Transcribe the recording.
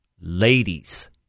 ladies